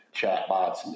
chatbots